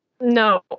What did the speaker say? no